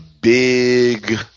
big